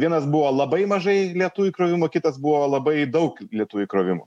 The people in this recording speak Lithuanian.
vienas buvo labai mažai lėtų įkrovimų kitas buvo labai daug lėtų įkrovimų